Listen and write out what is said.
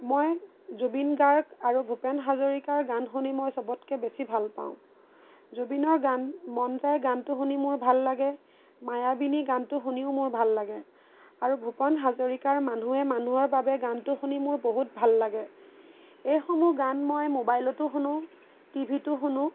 মই জুবিন গাৰ্গ আৰু ভূপেন হাজৰিকাৰ গান শুনি মই চবতকৈ বেছি ভাল পাওঁ জুবিনৰ গান মন যায় গানটো শুনি মোৰ ভাল লাগে মায়াবিনী গানটো শুনিও মোৰ ভাল লাগে আৰু ভূপেন হাজৰিকাৰ মানুহে মানুহৰ বাবে গানটো শুনি মোৰ বহুত ভাল লাগে এইসমূহ গান মই মোবাইলতো শুনো টিভিতো শুনো